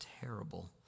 terrible